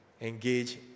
engage